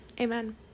Amen